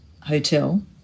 Hotel